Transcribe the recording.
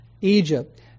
Egypt